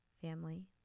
family